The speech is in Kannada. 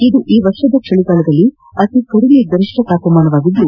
ಇದು ಈ ವರ್ಷದ ಚಳಿಗಾಲದಲ್ಲಿ ಅತಿ ಕಡಿಮೆ ಗರಿಷ್ನ ತಾಪಮಾನವಾಗಿದ್ದು